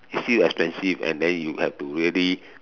still expensive and then you have to really